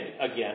again